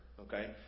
okay